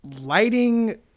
lighting